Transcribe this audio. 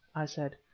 i said.